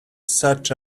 such